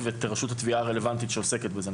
את רשות התביעה הרלוונטית שעוסקת בזה.